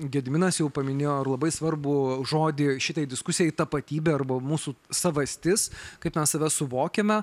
gediminas jau paminėjo ir labai svarbų žodį šitai diskusijai tapatybė arba mūsų savastis kaip mes save suvokiame